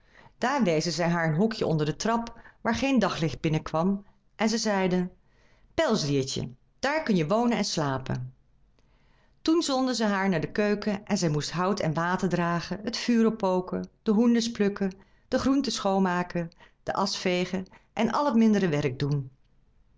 daar wezen zij haar een hokje onder de trap waar geen daglicht binnen kwam en zij zeiden pelsdiertje daar kun je wonen en slapen toen zonden zij haar naar de keuken en zij moest hout en water dragen het vuur oppoken de hoenders plukken de groenten schoonmaken de asch vegen en al het mindere werk doen